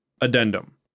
Addendum